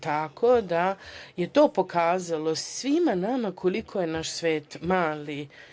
Tako da je to pokazalo svima nama koliko je naš svet mali.